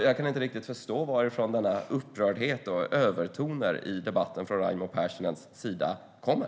Jag kan inte riktigt förstå varifrån upprördheten och övertonerna i debatten från Raimo Pärssinens sida kommer.